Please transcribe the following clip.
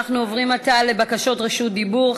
אנחנו עוברים עתה לבקשות רשות דיבור.